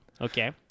Okay